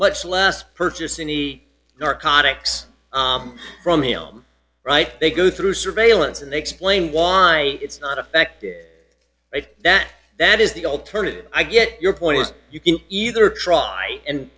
much less purchase any narcotics from him right they go through surveillance and they explain why it's not affected that that is the alternative i get your point is you can either try and